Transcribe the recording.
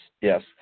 Yes